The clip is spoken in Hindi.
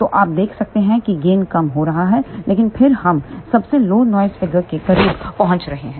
तो आप देख सकते हैं कि गेन कम हो रहा है लेकिन फिर हम सबसे लो नॉइस फिगर के करीब पहुंच रहे हैं